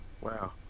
Wow